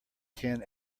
ten